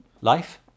life